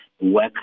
work